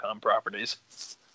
properties